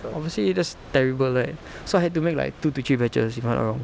obviously that's terrible right so I had to make like two to three batches if I'm not wrong